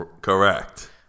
Correct